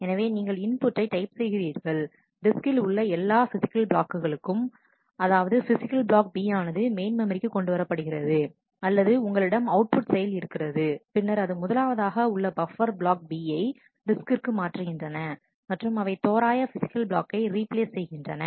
எனவே நீங்கள் இன்புட்டை டைப் செய்கிறீர்கள் டிஸ்க்கில் உள்ள எல்லா பிசிக்கல் பிளாக்குகளும் அதாவது பிசிக்கல் பிளாக் B ஆனது மெயின் மெமரிக்கு கொண்டுவரப்படுகிறது அல்லது உங்களிடம் அவுட்புட் செயல் இருக்கிறது பின்னர் அது முதலாவதாக உள்ள பப்பர் பிளாக் B யை டிஸ்க்கிற்கு மாற்றுகின்றன மற்றும் அவை தோராய பிசிக்கல் பிளாக்கை ரீப்ளேஸ் செய்கின்றன